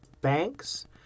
banks